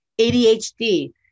ADHD